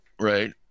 Right